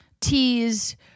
teas